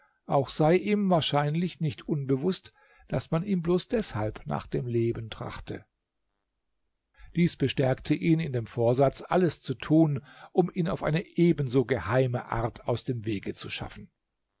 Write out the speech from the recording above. auch sei ihm wahrscheinlich nicht unbewußt daß man ihm bloß deshalb nach dem leben trachte dies bestärkte ihn in dem vorsatz alles zu tun um ihn auf eine ebenso geheime art aus dem wege zu schaffen